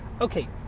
Okay